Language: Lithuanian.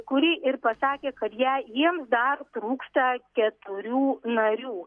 kuri ir pasakė kad jai jiems dar trūksta keturių narių